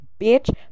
bitch